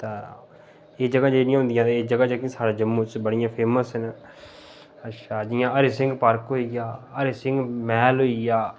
ता एह् जगह् जेह्ड़ियां होंदियां ते एह् जगह् स्हाड़े जम्मू च बड़ियां फेमस न अच्छा जियां हरि सिंह पार्क होई गेआ हरि सिंह मैह्ल होई गेआ